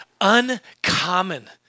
uncommon